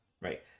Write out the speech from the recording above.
right